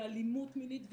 אלימות מינית,